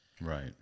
right